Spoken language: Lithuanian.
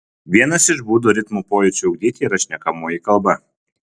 vienas iš būdų ritmo pojūčiui ugdyti yra šnekamoji kalba